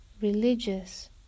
religious